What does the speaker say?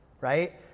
right